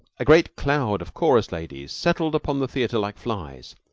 a great cloud of chorus-ladies settled upon the theater like flies.